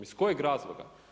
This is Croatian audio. Iz kojeg razloga?